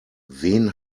wen